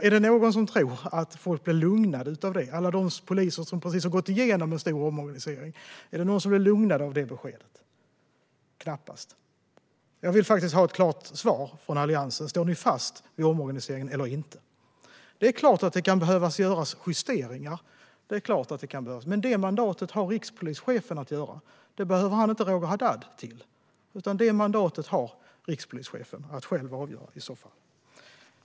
Är det någon som tror att alla de poliser som precis har gått igenom en stor omorganisation blir lugnade av det beskedet? Knappast. Jag vill ha ett klart svar från Alliansen om ni står fast vid omorganisationen eller inte. Det är klart att det kan behöva göras justeringar, men det har rikspolischefen mandatet att göra. Det behöver han inte Roger Haddad till, utan det mandatet har rikspolischefen att själv avgöra i så fall.